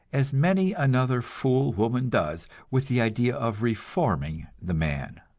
as many another fool woman does, with the idea of reforming the man.